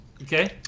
Okay